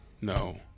No